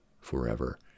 forever